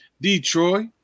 Detroit